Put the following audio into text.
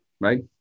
right